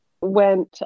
went